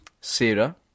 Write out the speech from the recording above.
Sarah